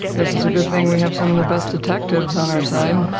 guess it's a good thing we have some of the best detectives on our side.